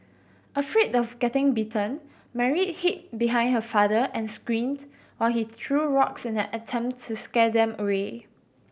afraid of getting bitten Mary hid behind her father and screamed while he threw rocks in an attempt to scare them away